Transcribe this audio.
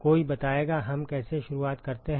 कोई बताएगा हम कैसे शुरू करते हैं